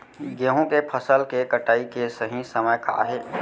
गेहूँ के फसल के कटाई के सही समय का हे?